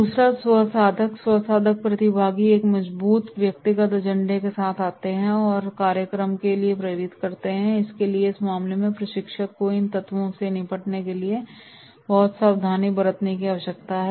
दूसरा स्व साधक है स्व साधक प्रतिभागी एक मजबूत व्यक्तिगत एजेंडे के साथ आते हैं और कार्यक्रम के लिए प्रेरित करते हैं इसलिए इस मामले में प्रशिक्षक को इन तत्वों से निपटने के लिए बहुत सावधानी बरतने की आवश्यकता है